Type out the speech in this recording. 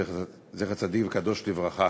זכר צדיק וקדוש לברכה.